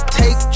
take